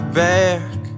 back